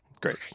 Great